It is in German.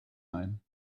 ein